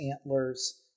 antlers